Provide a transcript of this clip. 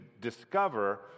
discover